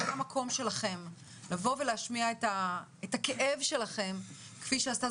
זה המקום שלכם לבוא ולהשמיע את הכאב שלכם כפי שעשתה